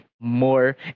more